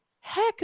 Heck